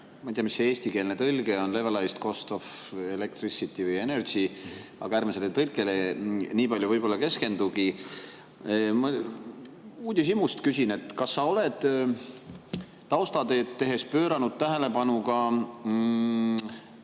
ma ei tea, mis see eestikeelne tõlge on –, mis onlevelized cost of electricityvõienergy, aga ärme sellele tõlkele nii palju võib-olla keskendugi. Uudishimust küsin, kas sa oled taustatööd tehes pööranud tähelepanu